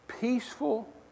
peaceful